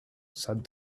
said